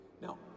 Now